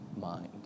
mind